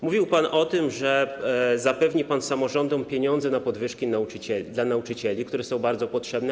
Mówił pan o tym, że zapewni pan samorządom pieniądze na podwyżki dla nauczycieli, które są bardzo potrzebne.